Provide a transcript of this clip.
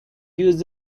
used